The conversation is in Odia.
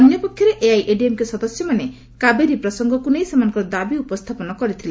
ଅନ୍ୟ ପକ୍ଷରେ ଏଆଇଏଡିଏମ୍କେ ସଦସ୍ୟମାନେ କାବେରୀ ପ୍ରସଙ୍ଗକ୍ତ ନେଇ ସେମାନଙ୍କର ଦାବି ଉପସ୍ଥାପନ କରିଥିଲେ